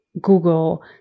google